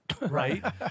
right